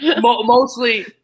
Mostly